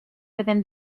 within